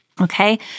Okay